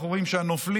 אנחנו רואים שהנופלים,